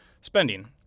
spending